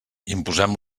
imposem